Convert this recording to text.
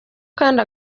kandi